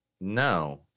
No